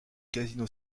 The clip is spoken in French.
casino